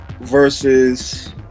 versus